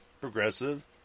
progressive